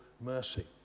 mercy